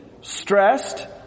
stressed